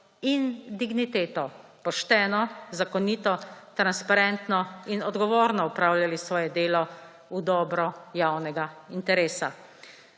in digniteto pošteno, zakonito, transparentno in odgovorno opravljali svoje delo v dobro javnega interesa.